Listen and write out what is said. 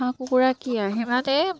হাঁহ কুকুৰা কি আৰু সিমানেই